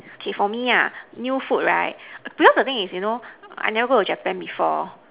okay for me ah new food right because the thing is you know I never go to Japan before